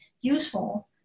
useful